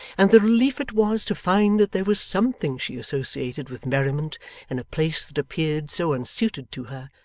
and the relief it was to find that there was something she associated with merriment in a place that appeared so unsuited to her,